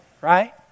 right